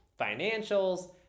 financials